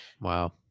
Wow